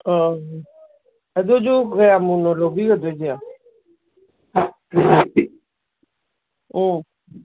ꯑꯥ ꯑꯗꯨꯁꯨ ꯀꯌꯥꯃꯨꯛꯅꯣ ꯂꯧꯕꯤꯒꯗꯣꯏꯁꯦ ꯎꯝ